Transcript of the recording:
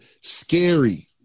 scary